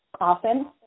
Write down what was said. often